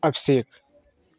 अभिषेक